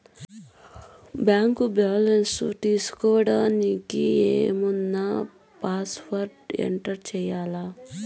Bank balance తెలుసుకోవడానికి ఏమన్నా password enter చేయాలా?